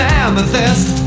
amethyst